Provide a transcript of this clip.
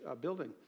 building